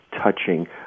touching